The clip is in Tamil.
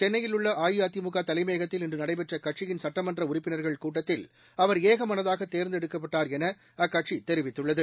சென்னையில் உள்ள அஇஅதிமுக தலைமையகத்தில் இன்று நடைபெற்ற கட்சியின் சுட்டமன்ற உறுப்பினர்கள் கூட்டத்தில் அவர் ஏகமனதாக தேர்ந்தெடுக்கப்பட்டார் என அக்கட்சி தெரிவித்துள்ளது